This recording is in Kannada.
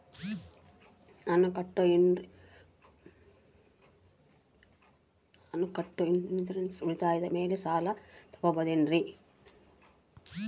ನಾನು ಕಟ್ಟೊ ಇನ್ಸೂರೆನ್ಸ್ ಉಳಿತಾಯದ ಮೇಲೆ ಸಾಲ ತಗೋಬಹುದೇನ್ರಿ?